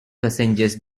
passengers